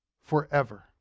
forever